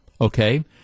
Okay